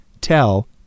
tell